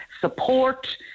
support